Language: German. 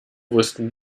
wussten